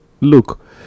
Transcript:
look